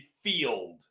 field